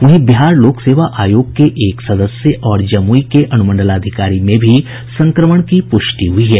वहीं बिहार लोक सेवा आयोग के एक सदस्य और जमुई के अनुमंडलाधिकारी में भी संक्रमण की प्रष्टि हुई है